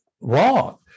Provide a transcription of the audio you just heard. wrong